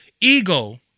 Ego